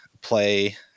play